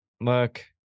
look –